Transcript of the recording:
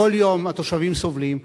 שכל יום התושבים סובלים,